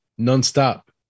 non-stop